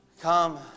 come